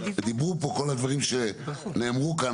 דיברו כל הדברים שנאמרו כאן,